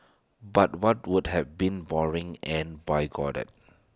but what would have been boring and bigoted